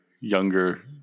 younger